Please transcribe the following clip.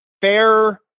fair